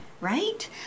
Right